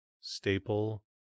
staple